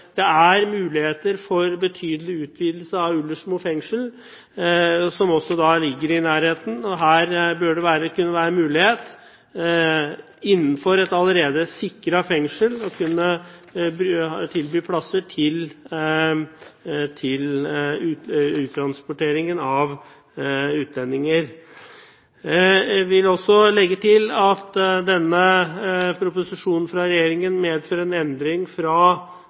Det er muligheter for betydelig utvidelse av Ullersmo fengsel, som også ligger i nærheten. Her bør det kunne være en mulighet, innenfor et allerede sikret fengsel, å kunne tilby plasser før uttransporteringen av utlendinger. Jeg vil også legge til at denne proposisjonen fra regjeringen medfører en endring fra